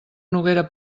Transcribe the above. noguera